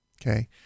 Okay